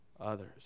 others